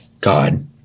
God